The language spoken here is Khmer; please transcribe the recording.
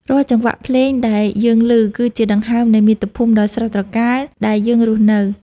រាល់ចង្វាក់ភ្លេងដែលយើងឮ គឺជាដង្ហើមនៃមាតុភូមិដ៏ស្រស់ត្រកាលដែលយើងរស់នៅ។